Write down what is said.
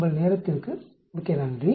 உங்கள் நேரத்திற்கு மிக்க நன்றி